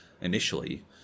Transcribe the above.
initially